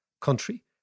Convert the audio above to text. country